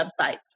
websites